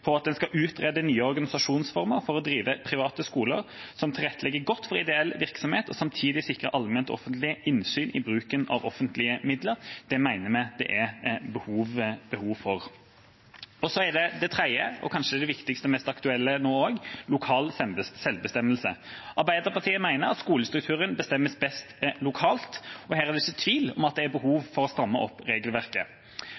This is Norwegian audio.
at en skal «utrede nye organisasjonsformer for å drive private skoler som tilrettelegger godt for ideell virksomhet og samtidig sikrer allment offentlig innsyn i bruken av offentlige midler». Det mener vi det er behov for. Det tredje, og kanskje viktigste og mest aktuelle nå, er lokal selvbestemmelse. Arbeiderpartiet mener at skolestrukturen bestemmes best lokalt, og her er det ikke tvil om at det er